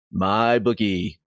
MyBookie